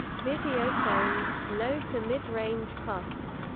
videophones low to midrange cost.